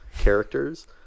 characters